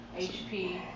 HP